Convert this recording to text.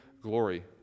glory